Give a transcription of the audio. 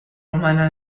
romana